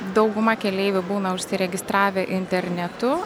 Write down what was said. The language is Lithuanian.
dauguma keleivių būna užsiregistravę internetu